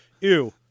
ew